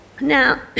Now